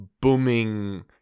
booming